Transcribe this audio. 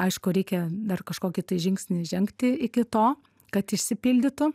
aišku reikia dar kažkokį tai žingsnį žengti iki to kad išsipildytų